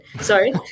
Sorry